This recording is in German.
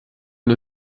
nur